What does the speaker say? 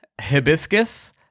hibiscus